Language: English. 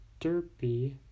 Derpy